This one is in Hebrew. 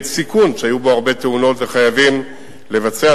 סיכון שהיו בו הרבה תאונות וחייבים לבצע.